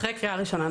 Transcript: אחרי קריאה ראשונה.